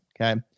Okay